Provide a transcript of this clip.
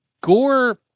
gore